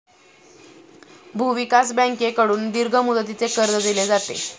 भूविकास बँकेकडून दीर्घ मुदतीचे कर्ज दिले जाते